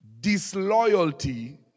Disloyalty